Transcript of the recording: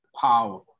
power